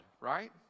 right